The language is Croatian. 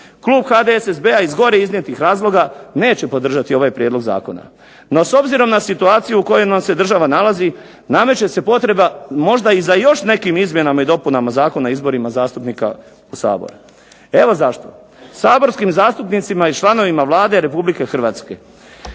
klub HDSSB-a iz gore iznijetih razloga neće podržati ovaj prijedlog zakona. No s obzirom na situaciju u kojoj nam se država nalazi nameće se potreba možda i za još nekim izmjenama i dopunama Zakona o izborima zastupnika u Sabor, evo zašto. Saborskim zastupnicima i članovima Vlade Republike Hrvatske